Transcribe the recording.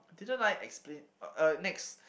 didn't I explain uh uh next